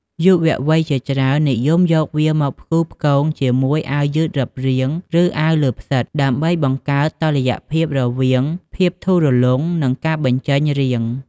យុវវ័យជាច្រើននិយមយកវាមកផ្គូផ្គងជាមួយអាវយឺតរឹបរាង ឬអាវលើផ្សិតដើម្បីបង្កើតតុល្យភាពរវាងភាពធូររលុង និងការបញ្ចេញរាង។